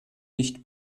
nicht